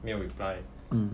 没有 reply